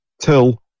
Till